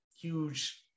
huge